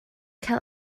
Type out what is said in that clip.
cael